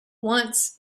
once